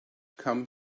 come